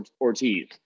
Ortiz